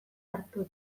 hartu